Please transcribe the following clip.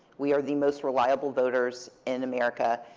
we are the most reliable voters in america.